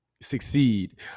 Succeed